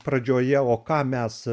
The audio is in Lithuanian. pradžioje o ką mes